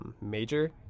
major